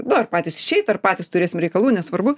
nu ar patys išeit ar patys turėsim reikalų nesvarbu